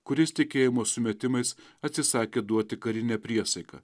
kuris tikėjimo sumetimais atsisakė duoti karinę priesaiką